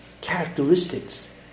characteristics